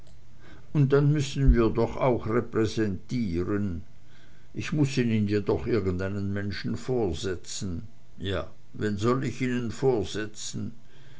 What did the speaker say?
und dann müssen wir doch auch repräsentieren ich muß ihnen doch irgendeinen menschen vorsetzen ja wen soll ich ihnen vorsetzen